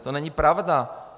To není pravda!